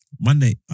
Monday